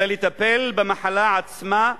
אלא לטפל במחלה עצמה,